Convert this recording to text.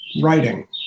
writing